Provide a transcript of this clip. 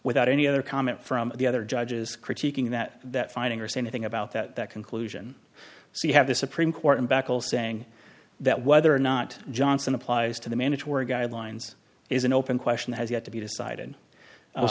without any other comment from the other judges critiquing that that finding or say anything about that conclusion so you have the supreme court in back all saying that whether or not johnson applies to the mandatory guidelines is an open question has yet to be decided